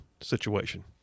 situation